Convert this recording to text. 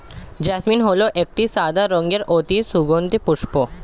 jasmine হল একটি সাদা রঙের অতি সুগন্ধি পুষ্প